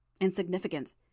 Insignificant